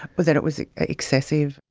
but that it was excessive.